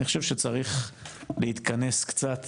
אני חושב שצריך להתכנס קצת